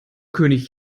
könig